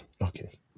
Okay